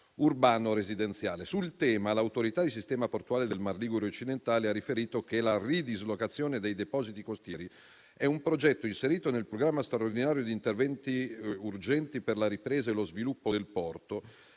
urbano residenziale. Sul tema l'Autorità di sistema portuale del Mar Ligure occidentale ha riferito che la ridislocazione dei depositi costieri è un progetto inserito nel programma straordinario di interventi urgenti per la ripresa e lo sviluppo del porto